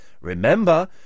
Remember